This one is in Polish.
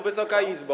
Wysoka Izbo!